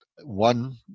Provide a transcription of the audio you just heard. one